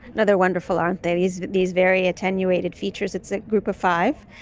and they're wonderful, aren't they, these these very attenuated features. it's a group of five.